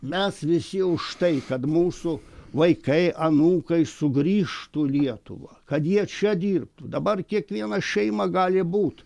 mes visi už tai kad mūsų vaikai anūkai sugrįžtų į lietuvą kad jie čia dirbtų dabar kiekviena šeima gali būt